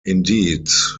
indeed